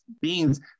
beings